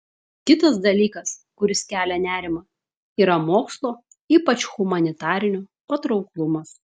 kitas dalykas kuris kelia nerimą yra mokslo ypač humanitarinio patrauklumas